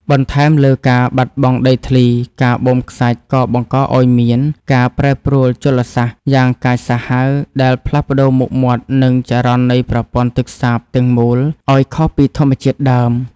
បន្ថែមលើការបាត់បង់ដីធ្លី ការបូមខ្សាច់ក៏បង្កឱ្យមាន ការប្រែប្រួលជលសាស្ត្រ យ៉ាងកាចសាហាវដែលផ្លាស់ប្តូរមុខមាត់ និងចរន្តនៃប្រព័ន្ធទឹកសាបទាំងមូលឱ្យខុសពីធម្មជាតិដើម។